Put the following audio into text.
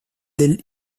del